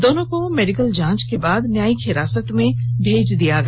दोनों को मेडिकल जांच के बाद न्यायिक हिरासत में भेज दिया गया